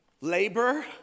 labor